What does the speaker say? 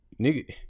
Nigga